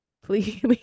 please